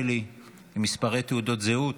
עם מספרי תעודות זהות.